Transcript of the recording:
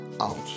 out